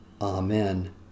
Amen